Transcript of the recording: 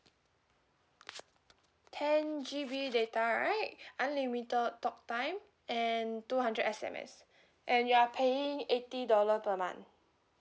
ten G_B data right unlimited talk time and two hundred S_M_S and you are paying eighty dollar per month